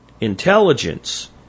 intelligence